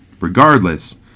Regardless